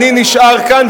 אני נשאר כאן,